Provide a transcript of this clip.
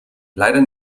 leider